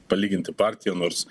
palyginti partija nors